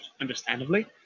understandably